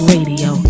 Radio